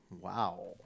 Wow